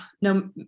no